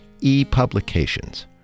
ePublications